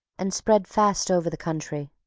and spread fast over the country.